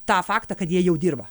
tą faktą kad jie jau dirba